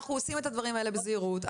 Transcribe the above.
אנחנו עושים את הדברים האלה בזהירות,